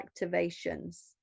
activations